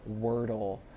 wordle